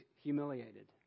humiliated